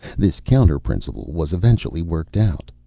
this counterprinciple was eventually worked out.